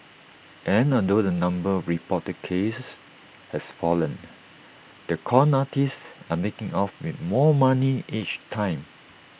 and although the number of reported cases has fallen the con artists are making off with more money each time